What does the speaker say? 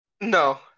No